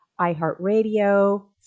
iHeartRadio